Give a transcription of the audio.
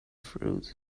fruit